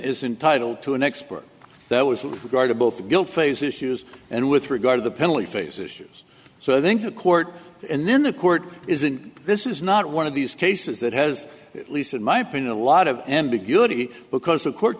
is entitled to an expert that was a guide to both the guilt phase issues and with regard to the penalty phase issues so i think the court and then the court isn't this is not one of these cases that has at least in my opinion a lot of ambiguity because the court